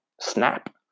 Snap